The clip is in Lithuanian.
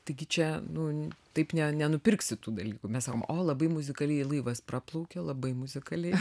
taigi čia nu taip ne nenupirksi tų dalykų mes sakom o labai muzikaliai laivas praplaukė labai muzikaliai